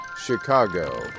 chicago